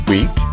Week